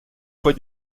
fois